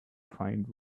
find